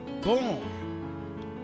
born